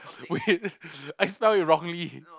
wait I spell it wrongly